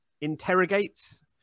interrogates